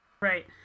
Right